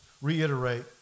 Reiterate